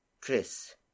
Chris